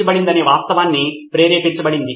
కాబట్టి అదే సమాచారము మళ్లీ మళ్లీ సవరించబడుతుంది